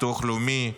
ביטוח לאומי,